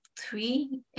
three